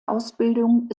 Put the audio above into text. ausbildung